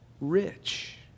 rich